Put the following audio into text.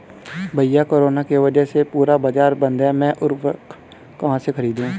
भैया कोरोना के वजह से पूरा बाजार बंद है मैं उर्वक कहां से खरीदू?